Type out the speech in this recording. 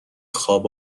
خواب